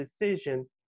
decision